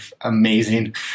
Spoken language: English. Amazing